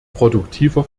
produktiver